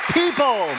people